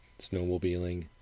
snowmobiling